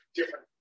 different